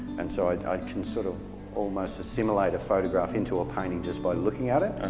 and so i can sort of almost assimilate a photograph into a painting just by looking at it.